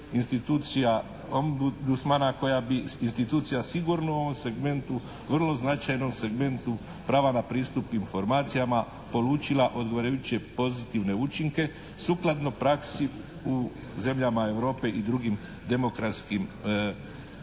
institucija Ombudsmana koja bi institucija sigurno u ovom segmentu vrlo značajnom segmentu prava na pristup informacijama polučila odgovarajuće pozitivne učinke sukladno praksi u zemljama Europe i sa drugim demokratskim tradicijama.